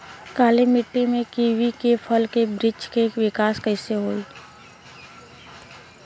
काली मिट्टी में कीवी के फल के बृछ के विकास कइसे होई?